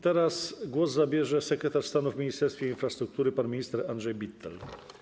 Teraz głos zabierze sekretarz stanu w Ministerstwie Infrastruktury pan minister Andrzej Bittel.